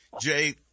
Jay